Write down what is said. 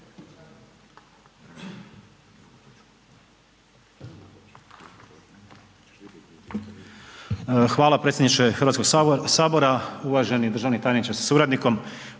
Hvala potpredsjedniče Hrvatskog sabora, poštovani državni tajniče sa pomoćnicama,